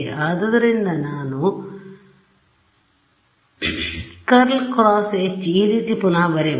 ಆದ್ದರಿಂದ ನಾನು ∇× H ಈ ರೀತಿ ಪುನಃ ಬರೆಯಬಹುದು